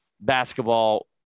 basketball